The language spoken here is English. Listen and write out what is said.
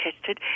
tested